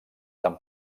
tan